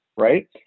Right